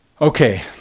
Okay